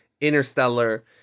Interstellar